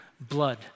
blood